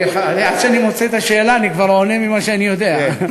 עד שאני מוצא את השאלה אני כבר עונה ממה שאני יודע.